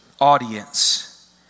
audience